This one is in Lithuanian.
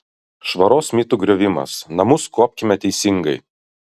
švaros mitų griovimas namus kuopkime teisingai